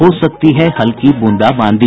हो सकती है हल्की बूंदाबांदी